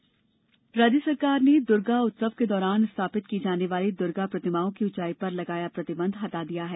दुर्गा उत्सव राज्य सरकार ने दूर्गा उत्सव के दौरान स्थापित की जाने वाली दूर्गा प्रतिमाओं की ऊंचाई पर लगाया गया प्रतिबंध हटा दिया है